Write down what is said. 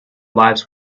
lives